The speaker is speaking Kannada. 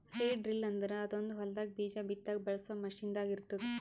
ಸೀಡ್ ಡ್ರಿಲ್ ಅಂದುರ್ ಅದೊಂದ್ ಹೊಲದಾಗ್ ಬೀಜ ಬಿತ್ತಾಗ್ ಬಳಸ ಮಷೀನ್ ದಾಗ್ ಇರ್ತ್ತುದ